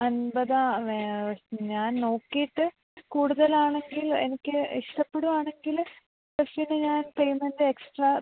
അന്പതാ ഞാന് നോക്കിയിട്ട് കൂടുതല് ആണെങ്കില് എനിക്ക് ഇഷ്ടപ്പെടുകയാണെങ്കില് ഷെഫിന് ഞാന് പെയ്മെന്റ് എക്സ്ട്രാ